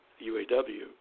UAW